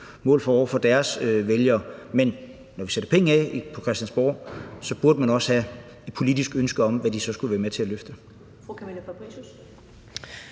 mål for over for deres vælgere. Men når vi sætter penge af på Christiansborg, burde man også have et politisk ønske om, hvad de så skal være med til at løfte.